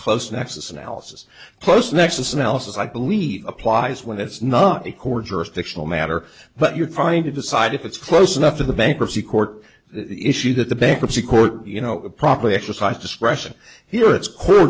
close nexus analysis close nexus analysis i believe applies when it's not a court jurisdictional matter but you're trying to decide if it's close enough to the bankruptcy court issue that the bankruptcy court you know properly exercise discretion here it's c